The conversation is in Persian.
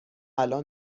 الان